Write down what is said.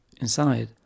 Inside